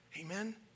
amen